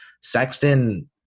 Sexton